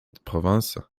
provinces